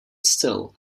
still